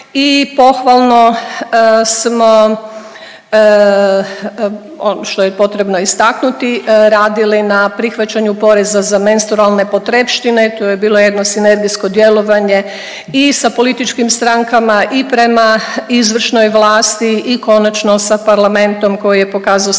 i pohvalo smo što je potrebno istaknuti radili na prihvaćanju poreza za menstrualne potrepštine. Tu je bilo jedno sinergijsko djelovanje i sa političkim strankama i prema izvršnoj vlasti i konačno sa parlamentom koji je pokazao